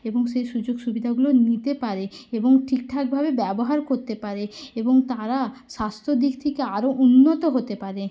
এবং সেই সুযোগ সুবিধাগুলো নিতে পারে এবং ঠিকঠাকভাবে ব্যবহার করতে পারে এবং তারা স্বাস্থ্যর দিক থেকে আরও উন্নত হতে পারে